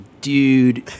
dude